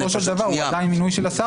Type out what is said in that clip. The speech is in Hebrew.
בסופו של דבר הוא עדיין מינוי של השר.